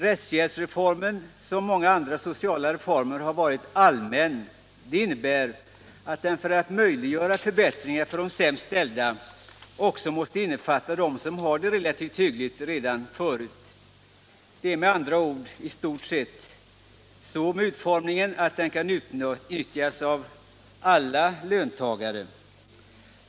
Rättshjälpsreformen liksom många andra sociala reformer har varit ”allmän”. Det innebär att den för att möjliggöra förbättringar för de sämst ställda också måste innefatta dem som har det relativt hyggligt redan förut. Reformen är med andra ord i stort sett utformad så att den kan utnyttjas av alla löntagare.